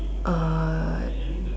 uh